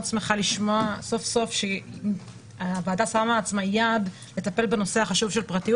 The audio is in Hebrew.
שמחה לשמוע סוף סוף שהוועדה שמה לעצמה יעד לטפל בנושא החשוב של פרטיות